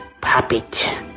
puppet